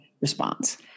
response